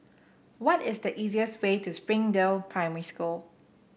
what is the easiest way to Springdale Primary School